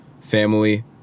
family